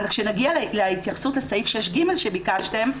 כשנגיע להתייחסות לסעיף 6ג שביקשתם,